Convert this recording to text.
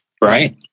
Right